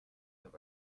that